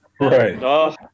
right